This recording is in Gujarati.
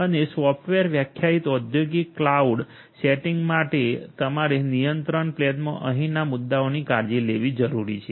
અને સોફ્ટવેર વ્યાખ્યાયિત ઔદ્યોગિક કલોઉડ સેટિંગ્સ માટે તમારે નિયંત્રણ પ્લેનમાં અહીંના મુદ્દાઓની કાળજી લેવી જરૂરી છે